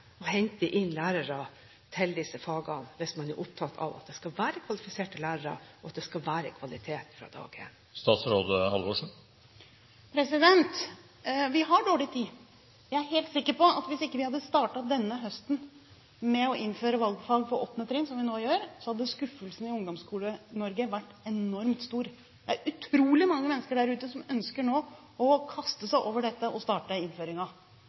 å hente inn lærere til disse fagene – hvis man er opptatt av at det skal være kvalifiserte lærere, og at det skal være kvalitet fra dag én? Vi har dårlig tid. Jeg her helt sikker på at hvis vi ikke hadde startet denne høsten med å innføre valgfag på åttende trinn som vi når gjør, hadde skuffelsen i Ungdomsskole-Norge vært enormt stor. Det er utrolig mange mennesker der ute som ønsker nå å kaste seg over dette og starte